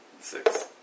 six